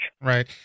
right